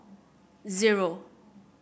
zero